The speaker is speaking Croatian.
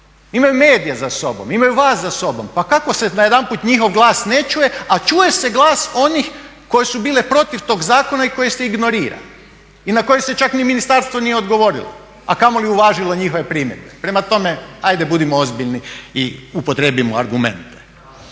Imaju medije za sobom, imaju vas za sobom. Pa kako se najedanput njihov glas ne čuje, a čuje se glas onih koje su bile protiv tog zakona i koje se ignorira i na koje se čak ni ministarstvo nije odgovorilo, a kamoli uvažilo njihove primjedbe. Prema tome, hajde budimo ozbiljni i upotrijebimo argumente.